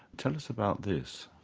tell us about this.